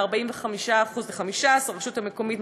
מ-45% ל-15%; הרשות המקומית,